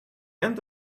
end